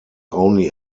only